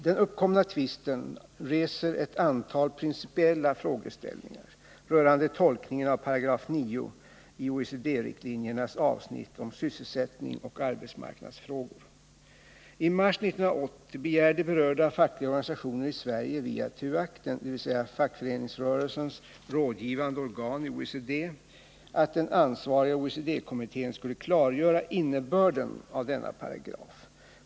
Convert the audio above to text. Den uppkomna tvisten reser ett antal principiella frågeställningar rörande tolkningen av 98 i OECD-riktlinjernas avsnitt om sysselsättning och arbetsmarknadsfrågor. I mars 1980 begärde berörda fackliga organisationer i Sverige via TUAC, dvs. fackföreningsrörelsens rådgivande organ i OECD, att den ansvariga OECD-kommittén skulle klargöra innebörden av denna paragraf.